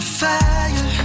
fire